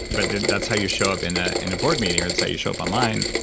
but that's how you show up in ah in a board meeting or that's how you show up online,